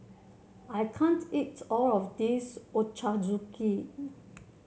I can't eat all of this Ochazuke